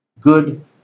Good